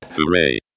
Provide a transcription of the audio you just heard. hooray